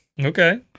Okay